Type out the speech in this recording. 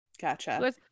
Gotcha